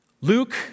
Luke